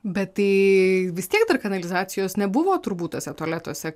bet tai vis tiek dar kanalizacijos nebuvo turbūt tuose tualetuose